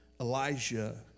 Elijah